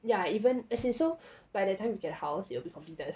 yeah even as in so by the time you get the house it will be completed